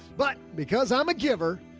but because i'm a giver.